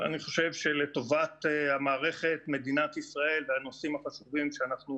אבל אני חושב שלטובת המערכת ומדינת ישראל והנושאים החשובים שאנחנו